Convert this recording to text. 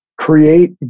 Create